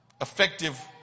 effective